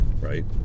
right